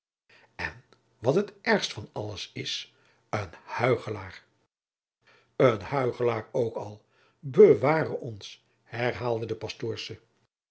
en wat het ergst van alles is een huichelaar een huichelaar ook al bewaar ons herhaalde de pastoorsche